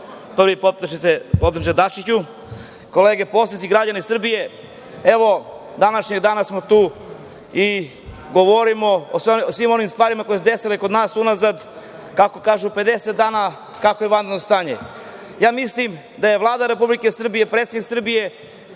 prvi potpredsedniče Dačiću, kolege poslanici, građani Srbije, danas smo tu i govorimo o svim onim stvarima koje su desile kod nas unazad, kako kažu, 50 dana od kako je vanredno stanje. Mislim da su se Vlada Republike Srbije, predsednik Srbije